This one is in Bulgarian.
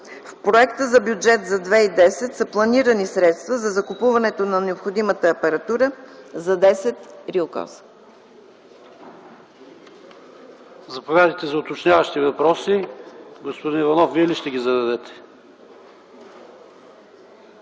В проекта за бюджет за 2010 г. са планирани средства за купуване на необходимата апаратура за десет